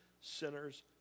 sinners